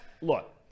look